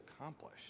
accomplish